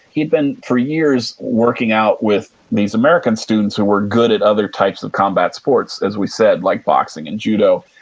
he had been, for years, working out with these american students who were good at other types of combat sports as we said like boxing and judo,